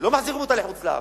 לא מחזירים אותה לחוץ-לארץ.